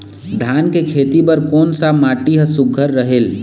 धान के खेती बर कोन सा माटी हर सुघ्घर रहेल?